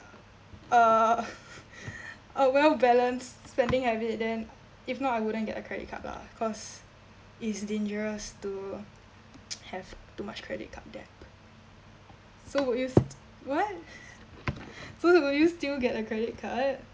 uh a well-balanced spending habit then if not I wouldn't get a credit card lah cause it's dangerous to have too much credit card debt so would you what so will you still get a credit card